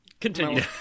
continue